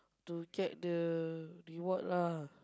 to get the reward lah